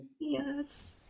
Yes